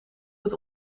het